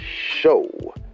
show